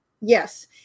Yes